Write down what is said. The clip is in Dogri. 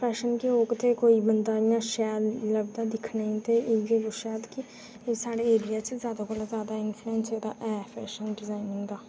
इम्प्रेशन केह् होग ते बंदा इं'या शैल लगदा इं'या दिक्खने गी ते इयै की एह् साढ़े एरिया च जादै कोला जादै ऐ इंफ्ल्युऐंस ऐ फैशन दा डिजाइनिंग दा